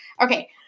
Okay